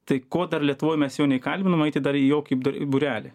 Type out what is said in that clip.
tai ko dar lietuvoj mes jo neįkalbinom eiti dar į jokį būrelį